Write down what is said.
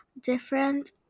different